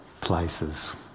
places